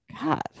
god